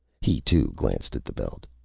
he, too, glanced at the belt.